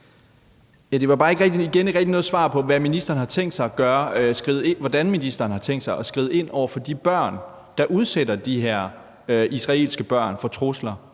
igen ikke rigtig noget svar på, hvad ministeren har tænkt sig at gøre, altså hvordan ministeren har tænkt sig at skride ind over for de børn, der udsætter de her israelske børn for trusler